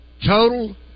Total